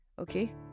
okay